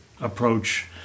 approach